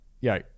yo